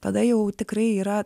tada jau tikrai yra